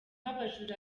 abajura